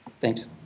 Thanks